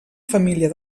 família